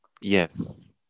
yes